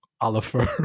Oliver